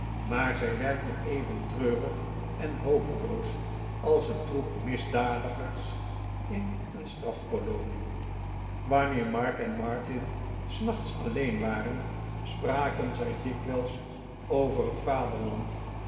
maar zij werkten even treurig en hopeloos als een troep misdadigers in een strafkolonie wanneer mark en martin s nachts alleen waren spraken zij dikwijls over het vaderland